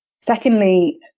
secondly